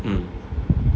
mm